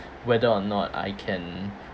whether or not I can